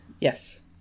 Yes